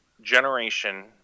generation